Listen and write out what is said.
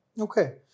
Okay